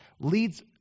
leads